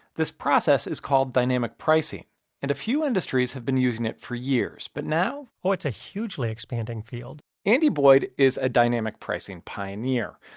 this process is called dynamic pricing and a few industries have been using it for years. but now, oh, it's a hugely expanding field andy boyd is a dynamic pricing pioneer.